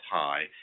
high